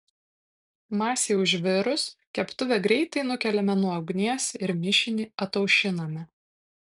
masei užvirus keptuvę greitai nukeliame nuo ugnies ir mišinį ataušiname